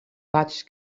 faig